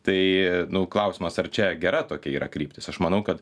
tai klausimas ar čia gera tokia yra kryptis aš manau kad